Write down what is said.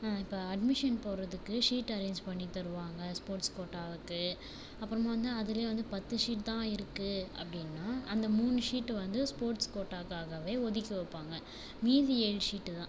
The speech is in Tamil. இப்போ அட்மிஷன் போடுறதுக்கு ஷீட் அரேஞ்ச் பண்ணி தருவாங்க ஸ்போர்ட்ஸ் கோட்டாவுக்கு அப்புறமா வந்து அதுலே வந்து பத்து ஷீட் தான் இருக்குது அப்படினா அந்த மூணு ஷீட் வந்து ஸ்போர்ட்ஸ் கோட்டாக்காகவே ஒதுக்கி வைப்பாங்க மீதி ஏழு ஷீட்டு தான்